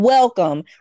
Welcome